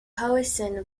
howison